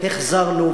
החזרנו,